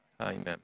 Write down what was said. Amen